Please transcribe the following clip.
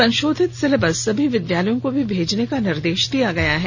संशोधित सिलेबस सभी विद्यालयों को भी भेजने का निर्देश दिया गया है